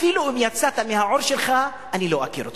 אפילו אם תצא מהעור שלך, אני לא אכיר אותך.